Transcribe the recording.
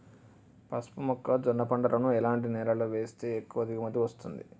పసుపు మొక్క జొన్న పంటలను ఎలాంటి నేలలో వేస్తే ఎక్కువ దిగుమతి వస్తుంది?